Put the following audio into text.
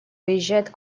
выезжает